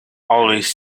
always